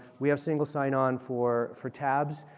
we have single sign-on for for tabs.